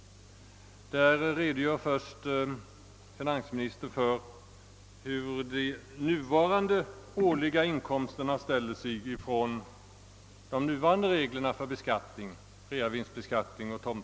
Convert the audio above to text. Där redogör först finansministern för de årliga inkomsterna enligt de nuvarande reglerna för markbeskattning.